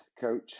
coach